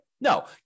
No